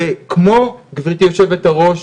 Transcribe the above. גברתי היו"ר,